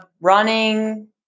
Running